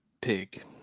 Pig